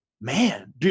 man